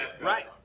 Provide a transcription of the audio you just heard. Right